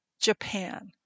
Japan